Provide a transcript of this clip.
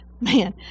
Man